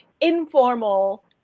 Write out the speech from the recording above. informal